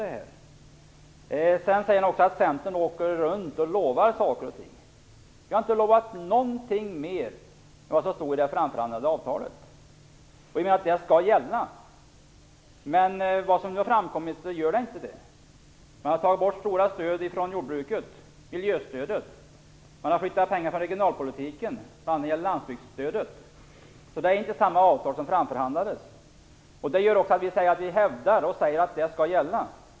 Sedan säger Johan Lönnroth att vi i Centern åker runt och lovar saker och ting. Vi har inte lovat någonting mer än det som stod i det framförhandlade avtalet. Det är det som skall gälla. Men enligt vad som nu har framkommit så gör det inte det. Man har tagit bort stora stöd från jordbruket, miljöstödet. Man har flyttat pengar från regionalpolitiken, bl.a. landsbygdsstödet. Så det är inte längre samma avtal som framförhandlades. Vi hävdar att det ursprungliga avtalet skall gälla.